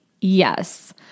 Yes